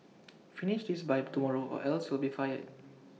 finish this by tomorrow or else you'll be fired